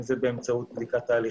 אם זה באמצעות בדיקה תהליכית,